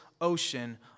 ocean